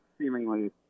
seemingly